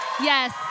yes